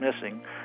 missing